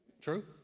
True